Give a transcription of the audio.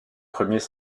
premiers